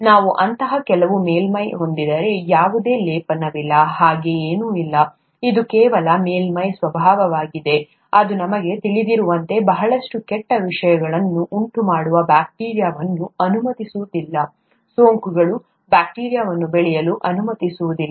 ನಾವು ಅಂತಹ ಕೆಲವು ಮೇಲ್ಮೈ ಹೊಂದಿದ್ದರೆ ಯಾವುದೇ ಲೇಪನವಿಲ್ಲ ಹಾಗೆ ಏನೂ ಇಲ್ಲ ಇದು ಕೇವಲ ಮೇಲ್ಮೈಯ ಸ್ವಭಾವವಾಗಿದೆ ಅದು ನಮಗೆ ತಿಳಿದಿರುವಂತೆ ಬಹಳಷ್ಟು ಕೆಟ್ಟ ವಿಷಯಗಳನ್ನು ಉಂಟುಮಾಡುವ ಬ್ಯಾಕ್ಟೀರಿಯಾವನ್ನು ಅನುಮತಿಸುವುದಿಲ್ಲ ಸೋಂಕುಗಳು ಬ್ಯಾಕ್ಟೀರಿಯಾವನ್ನು ಬೆಳೆಯಲು ಅನುಮತಿಸುವುದಿಲ್ಲ